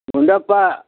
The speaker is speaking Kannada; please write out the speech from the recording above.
ಗುಂಡಪ್ಪ